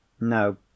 no